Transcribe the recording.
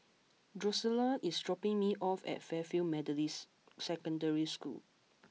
Drusilla is dropping me off at Fairfield Methodist Secondary School